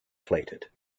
platted